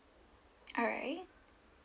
alright